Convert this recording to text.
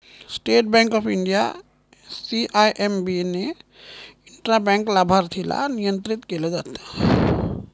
state bank of India, CIMB ने intra bank लाभार्थीला नियंत्रित केलं जात